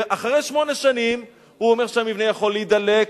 ואחרי שמונה שנים הוא אומר שהמבנה יכול להידלק,